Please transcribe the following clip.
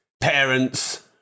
parents